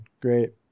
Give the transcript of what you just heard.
Great